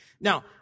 Now